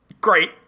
Great